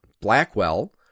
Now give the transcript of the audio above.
Blackwell